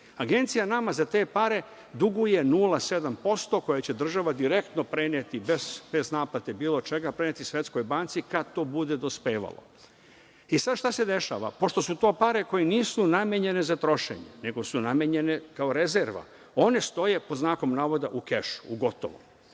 Agencija nama za te pare duguje 0,7% koje će država direktno preneti, bez naplate bilo čega, preneti Svetskoj banci kad to bude dospevalo. Šta se sad dešava? Pošto su to pare koje nisu namenjene za trošenje, nego su namenjene kao rezerva, one stoje, pod znakom navoda u kešu, u gotovom